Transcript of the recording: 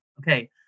okay